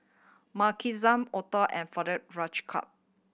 Makenzie Otho and Fredericka